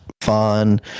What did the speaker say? fun